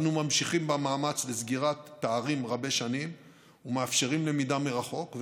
אנו ממשיכים במאמץ לסגירת פערים רבי-שנים ומאפשרים למידה מרחוק,